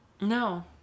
No